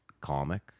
comic